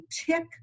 tick